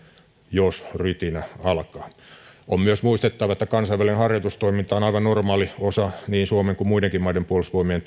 jos rytinä alkaa on myös muistettava että kansainvälinen harjoitustoiminta on aivan normaali osa niin suomen kuin muidenkin maiden puolustusvoimien